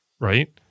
right